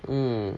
mm